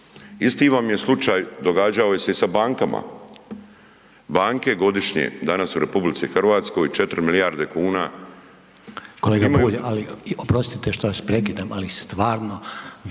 Isti vam je slučaj događao je se i sa bankama. Banke godišnje danas u RH 4 milijarde kuna… **Reiner, Željko (HDZ)** Kolega Bulj, ali, oprostite što vas prekidam, ali stvarno